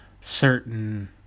certain